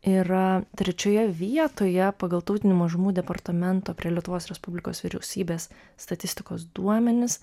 yra trečioje vietoje pagal tautinių mažumų departamento prie lietuvos respublikos vyriausybės statistikos duomenis